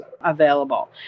available